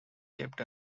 kept